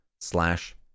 slash